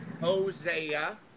Hosea